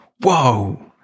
Whoa